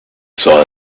saw